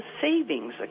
savings